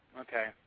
Okay